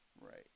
Right